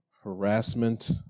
harassment